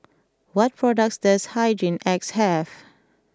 what products does Hygin X have